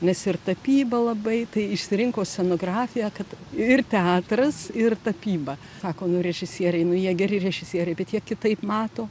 nes ir tapyba labai tai išsirinko scenografiją kad ir teatras ir tapyba sako nu režisieriai nu jie geri režisieriai bet jie kitaip mato